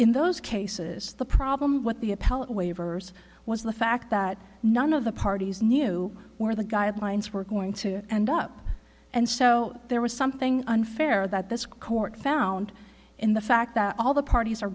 in those cases the problem what the appellate waivers was the fact that none of the parties knew where the guidelines were going to end up and so there was something unfair that this court found in the fact that all the parties are